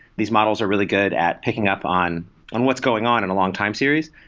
these models are really good at picking up on on what's going on in a long time series.